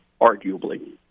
arguably